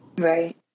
Right